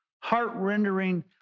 heart-rendering